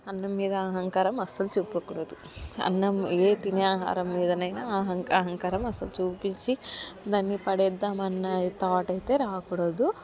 అన్నం మీద అహంకారం అస్సలు చూపకూడదు అన్నం ఏ తినే ఆహారం మీదనైనా అహం అహంకారం అస్సలు చూపిచ్చి దాన్ని పడేద్దాం అన్న థట్ అయితే రాకూడదు